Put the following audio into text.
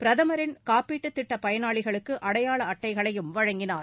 பிரதமின் காப்பீட்டுத் திட்ட பயனாளிகளுக்கு அடையாள அட்டைகளையும் வழங்கினார்